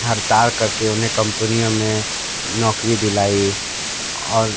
हड़ताल करके उन्हें कंपनियों में नौकरी दिलाई और